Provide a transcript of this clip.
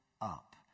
up